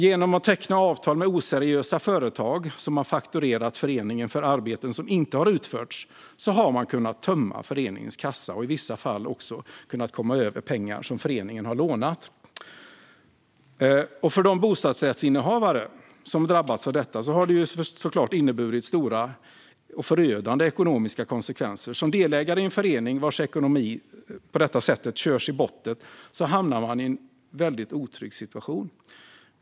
Genom att teckna avtal med oseriösa företag som har fakturerat föreningen för arbeten som inte har utförts har man kunnat tömma föreningens kassa och i vissa fall också kunnat komma över pengar som föreningen har lånat. För de bostadsrättsinnehavare som har drabbats av detta har det såklart inneburit stora och förödande ekonomiska konsekvenser. Som delägare i en förening vars ekonomi på detta sätt körs i botten hamnar man i en mycket otrygg situation.